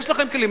יש לכם כלים.